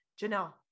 Janelle